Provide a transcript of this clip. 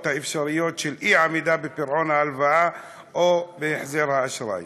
אי-עמידה בפירעון הלוואה או בהחזר האשראי.